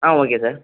ah okay sir